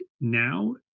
now